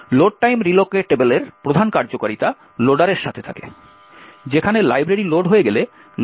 load time রিলোকেটেবলের প্রধান কার্যকারিতা লোডারের সাথে থাকে যেখানে লাইব্রেরি লোড হয়ে গেলে লোডারটি লাইব্রেরির মধ্য দিয়ে যাবে